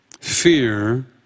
fear